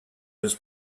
his